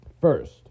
First